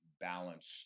balanced